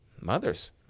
mothers